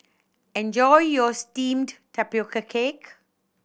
enjoy your steamed tapioca cake